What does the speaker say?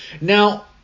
Now